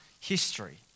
history